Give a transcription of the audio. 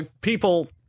people